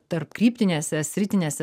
tarpkryptinėse sritinėse